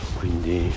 quindi